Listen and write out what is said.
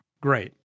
great